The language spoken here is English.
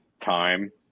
time